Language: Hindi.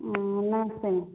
आँ नमस्ते मैम